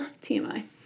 TMI